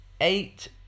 Eight